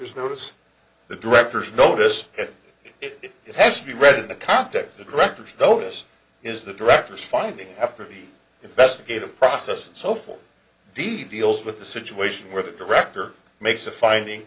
director's notice the directors notice that it has to be read in the context the directors notice is the director's finding after the investigative process and so forth d d l with the situation where the director makes a finding